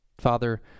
Father